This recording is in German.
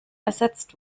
ersetzt